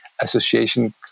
association